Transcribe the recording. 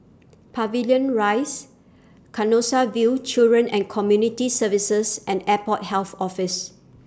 Pavilion Rise Canossaville Children and Community Services and Airport Health Office